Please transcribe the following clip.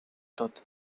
tot